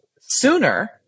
sooner